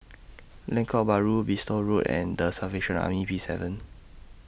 Lengkok Bahru Bristol Road and The Salvation Army Peacehaven